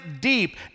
deep